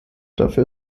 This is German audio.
dafür